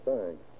Thanks